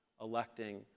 electing